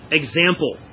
example